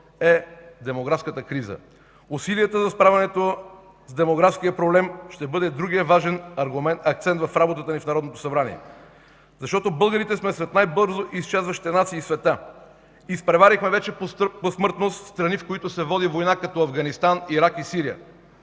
е демографската криза. Усилията за справянето с демографския проблем ще бъде другия важен акцент в работата на Народното събрание, защото българите сме сред най-бързо изчезващите нации в света. Изпреварихме вече по смъртност страни, в които се води война – като Афганистан, Ирак и Сирия,